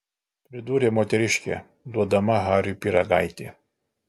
pridūrė moteriškė duodama hariui pyragaitį